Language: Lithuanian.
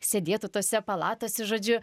sėdėtų tose palatose žodžiu